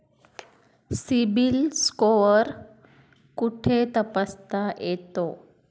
CIBIL score कुठे तपासता येतो?